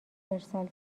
ارسال